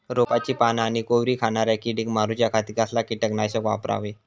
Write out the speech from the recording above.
रोपाची पाना आनी कोवरी खाणाऱ्या किडीक मारूच्या खाती कसला किटकनाशक वापरावे?